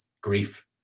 grief